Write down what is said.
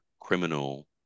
criminal